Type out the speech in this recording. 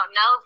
no